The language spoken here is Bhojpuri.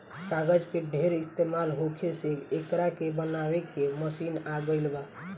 कागज के ढेर इस्तमाल होखे से एकरा के बनावे के मशीन आ गइल बा